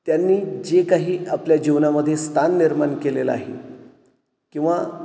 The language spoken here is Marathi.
त्यांनी जे काही आपल्या जीवनामध्ये स्थान निर्माण केलेलं आहे किंवा